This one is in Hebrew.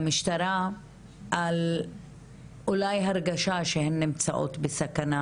למשטרה על אולי הרגשה שהן נמצאות בסכנה,